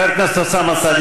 חבר הכנסת אוסאמה סעדי,